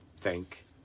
Thank